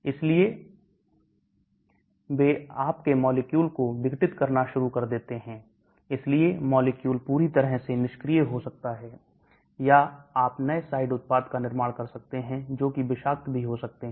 इसलिए वे आपके मॉलिक्यूल को विघटित करना शुरू कर देते हैं इसलिए मॉलिक्यूल पूरी तरह से निष्क्रिय हो सकता है या आप नए साइड उत्पादों का निर्माण कर सकते हैं जो कि विषाक्त भी हो सकते हैं